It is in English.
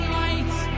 lights